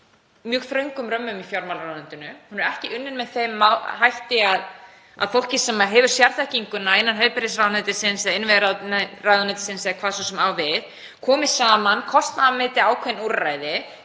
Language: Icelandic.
mjög þröngum römmum í fjármálaráðuneytinu. Hún er ekki unnin með þeim hætti að fólkið sem hefur sérþekkinguna innan heilbrigðisráðuneytisins eða innviðaráðuneytisins, eða hvað svo sem á við, komi saman og kostnaðarmeti ákveðin úrræði